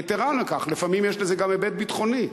יתירה מכך, לפעמים יש לזה גם היבט ביטחוני,